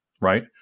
right